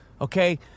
Okay